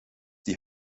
die